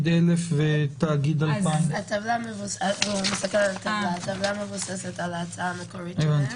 1,000 ותאגיד 2,000. הטבלה מבוססת על ההצעה המקורית שלהם.